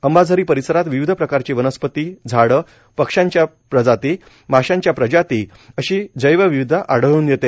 अंबाझरी परिसरात विविध प्रकारची वनस्पती झाडं पक्ष्यांच्या प्रजाती माश्यांच्या प्रजाती अशी जैव विविधता आढळून येते